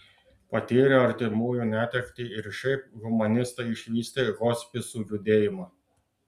patyrę artimųjų netektį ir šiaip humanistai išvystė hospisų judėjimą